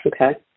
Okay